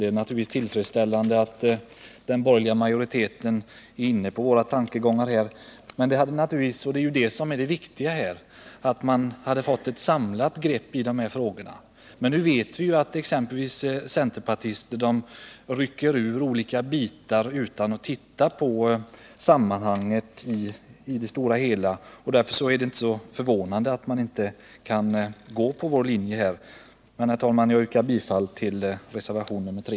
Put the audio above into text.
Det är givetvis tillfredsställande att den borgerliga majoriteten är inne på våra tankegångar, men det viktiga är att få ett samlat grepp över dessa frågor. Nu vet vi emellertid att centerpartister rycker ut olika bitar utan att titta på det stora sammanhanget, och därför är det inte förvånande att man inte kan följa vår linje. Herr talman! Jag yrkar bifall till reservationen 3.